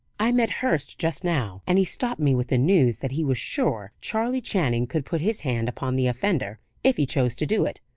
i met hurst just now, and he stopped me with the news that he was sure charley channing could put his hand upon the offender, if he chose to do it.